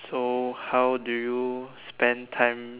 so how do you spend time